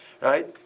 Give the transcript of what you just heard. right